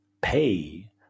pay